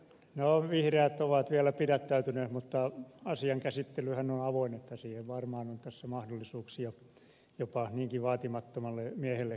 no vihreät ovat vielä pidättäytyneet mutta asian käsittelyhän on avoinna niin että siihen on varmaan tässä mahdollisuuksia jopa niinkin vaatimattomalle miehelle kuin mitä ed